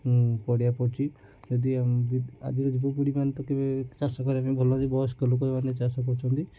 ପଡ଼ିଆ ପଡ଼ିଛି ଯଦି ଆଜିର ଯୁବପିଢ଼ିମାନେ ତ କେବେ ଚାଷ କରିବା ପାଇଁ ବୟସ୍କ ଲୋକମାନେ ଚାଷ କରୁଛନ୍ତି